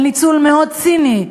של ניצול מאוד ציני,